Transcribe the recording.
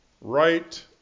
right